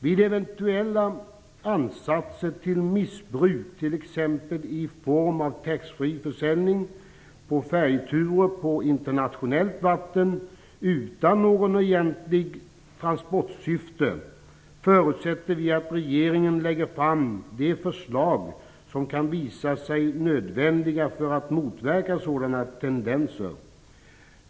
Vid eventuella ansatser till missbruk, t.ex. i form av taxfree-försäljning på färjeturer på internationellt vatten utan något egentligt transportsyfte, förutsätter vi att regeringen lägger fram de förslag som kan visa sig nödvändiga för att motverka sådana tendenser.